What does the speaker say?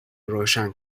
روشن